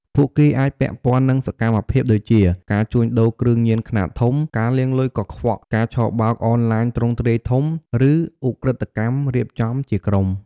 ពួកគេអាចពាក់ព័ន្ធនឹងសកម្មភាពដូចជា ការជួញដូរគ្រឿងញៀនខ្នាតធំ ការលាងលុយកខ្វក់ ការឆបោកអនឡាញទ្រង់ទ្រាយធំ ឬឧក្រិដ្ឋកម្មរៀបចំជាក្រុម។